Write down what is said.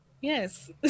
Yes